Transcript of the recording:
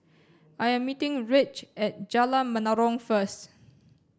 I am meeting Rich at Jalan Menarong first